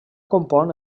compon